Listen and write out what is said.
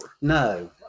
No